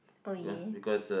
oh yeah